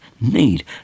need